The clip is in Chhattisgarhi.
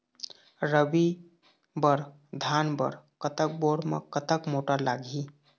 रबी बर धान बर कतक बोर म कतक मोटर लागिही?